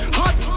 hot